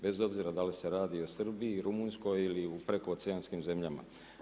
Bez obzira da li se radi o Srbiji, Rumunjskoj ili u prekooceanskim zemljama.